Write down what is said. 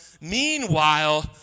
Meanwhile